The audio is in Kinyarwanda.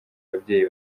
ababyeyi